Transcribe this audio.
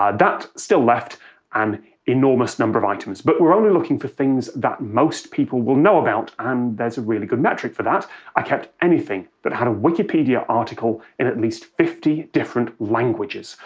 um that still left an enormous number of items. but we're only looking for things that most people will know about, and um there's a really good metric for that i kept anything that had a wikipedia article in at least fifty different languages.